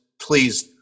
please